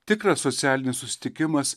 tikras socialinis susitikimas